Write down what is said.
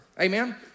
Amen